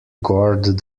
guard